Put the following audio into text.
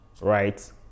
right